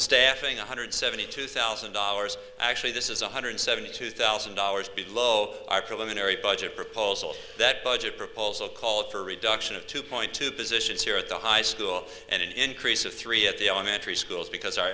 staffing one hundred seventy two thousand dollars actually this is one hundred seventy two thousand dollars below our preliminary budget proposal that budget proposal calls for a reduction of two point two positions here at the high school and increase of three at the elementary schools because our